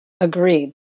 Agreed